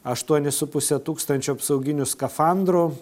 aštuonis su puse tūkstančių apsauginių skafandrų